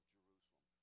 Jerusalem